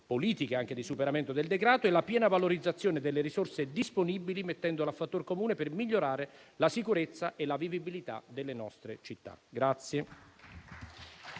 politiche di superamento del degrado e di piena valorizzazione delle risorse disponibili, mettendole a fattor comune per migliorare la sicurezza e la vivibilità delle nostre città.